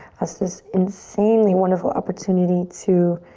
us this insanely wonderful opportunity to